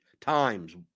times